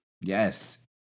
Yes